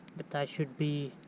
that i should be